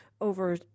over